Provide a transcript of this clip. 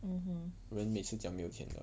mmhmm